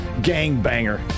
gangbanger